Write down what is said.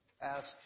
ask